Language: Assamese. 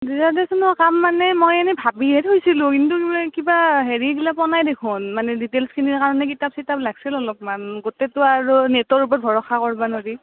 ডিজাৰ্টেশ্যনৰ কাম মানে মই এনে ভাবিয়ে থৈছিলোঁ কিন্তু কিবা হেৰিগিলা পোৱা নাই দেখোন মানে ডিটেইলচখিনিৰ কাৰৰণে কিতাপ চিতাপ লাগ্ছিল অলপমান গোটেইটো আৰু নেটৰ ওপৰত ভৰসা কৰিব নোৱাৰি